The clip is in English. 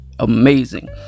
amazing